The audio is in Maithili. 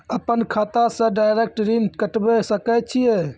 अपन खाता से डायरेक्ट ऋण कटबे सके छियै?